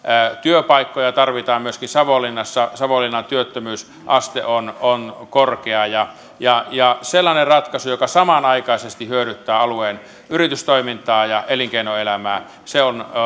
työpaikkoja tarvitaan myöskin savonlinnassa savonlinnan työttömyysaste on on korkea ja ja sellainen ratkaisu joka samanaikaisesti hyödyttää alueen yritystoimintaa ja elinkeinoelämää on